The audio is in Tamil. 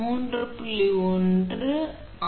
25 எனவே சி உண்மையில் 439